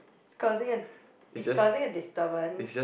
it's causing a it's causing a disturbance